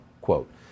Quote